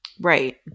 Right